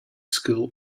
school